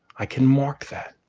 i can mark that.